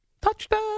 Touchdown